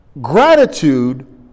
gratitude